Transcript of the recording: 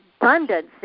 abundance